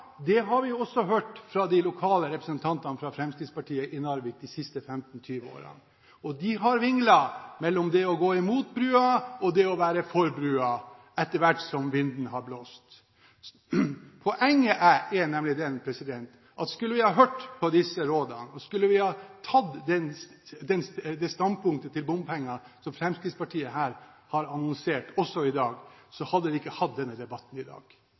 det har vi hørt også fra de lokale representantene fra Fremskrittspartiet i Narvik de siste 15–20 årene. De har vinglet mellom det å gå imot brua og det å være for brua etter hvert som vinden har blåst. Poenget er at skulle vi ha hørt på disse rådene, skulle vi tatt det standpunktet til bompenger som Fremskrittspartiet har annonsert også her i dag, hadde vi ikke hatt denne debatten i dag.